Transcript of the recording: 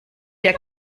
wir